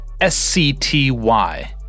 S-C-T-Y